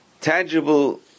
tangible